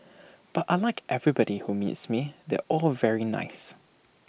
but I Like everybody who meets me they're all very nice